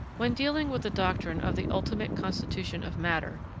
when dealing with the doctrine of the ultimate constitution of matter,